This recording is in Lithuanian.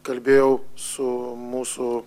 kalbėjau su mūsų